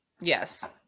yes